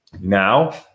Now